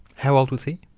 how old was he?